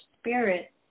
spirit